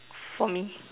for me